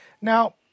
Now